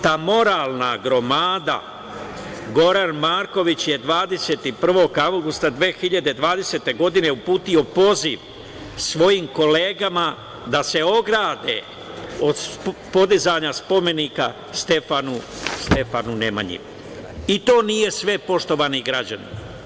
Ta moralna gromada Goran Marković je 21. avgusta 2020. godine uputio poziv svojim kolegama da se ograde od podizanja spomenika Stefanu Nemanji i to nije sve, poštovani građani.